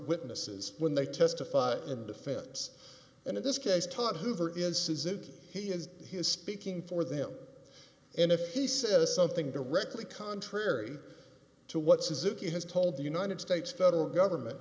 witnesses when they testify in defense and in this case taught hoover is suzuki he is he is speaking for them and if he says something directly contrary to what suzuki has told the united states federal government